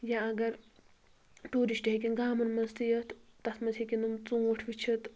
یا اگر ٹیٚوٗرِشٹ ہیٚکن گامَن منٛز تہِ یتھ تتھ منٛز ہیِٚکن نۄم ژوٗنٹھۍ وُچھتھ